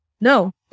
no